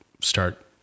start